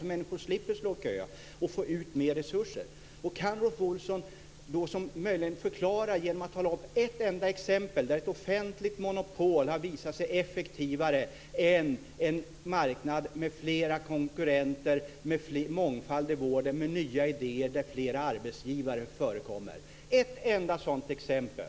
Då slipper människor stå och köa, och vi får ut mer resurser. Kan Rolf Olsson möjligen förklara detta genom att ge ett enda exempel där ett offentligt monopol har visat sig effektivare än en marknad med flera konkurrenter, med mångfald i vården och med nya idéer där flera arbetsgivare förekommer? Ge oss ett enda sådant exempel!